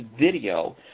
video